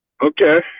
Okay